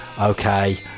okay